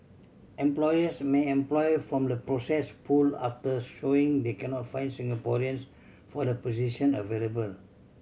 employers may employ from the processed pool after showing they cannot find Singaporeans for the position available